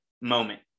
moment